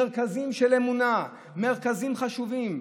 מרכזים של אמונה, מרכזים חשובים.